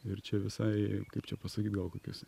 ir čia visai kaip čia pasakyt gal kokius